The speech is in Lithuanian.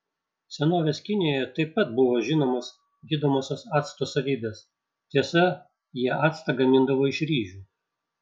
senovės kinijoje taip pat buvo žinomos gydomosios acto savybės tiesa jie actą gamindavo iš ryžių